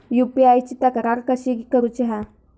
UPI ची तक्रार कशी करुची हा?